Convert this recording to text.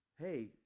Hey